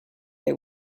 they